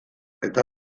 eta